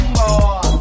more